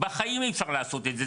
בחיים אי אפשר לעשות את זה.